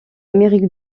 amérique